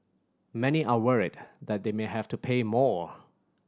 many are worried that they may have to pay more